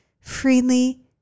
freely